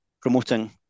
promoting